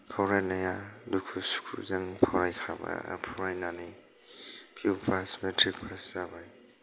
फरायनाया दुखु सुखुजों फरायखाबाय फरायनानै फि इउ फास मेट्रिक फास जाबाय